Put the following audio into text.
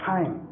Time